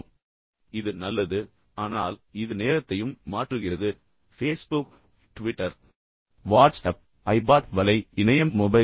எனவே இது நல்லது ஆனால் இது நேரத்தையும் மாற்றுகிறது ஃபேஸ்புக் ட்விட்டர் வாட்ஸ்அப் ஐபாட் வலை இணையம் மொபைல்